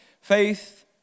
Faith